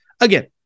Again